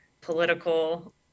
political